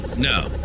No